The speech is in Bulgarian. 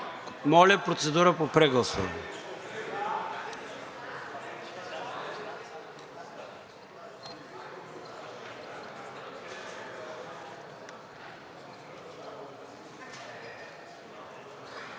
Моля, процедура по прегласуване.